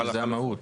שזאת המהות.